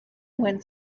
went